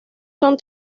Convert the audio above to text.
son